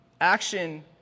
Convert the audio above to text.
action